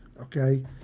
okay